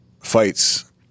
fights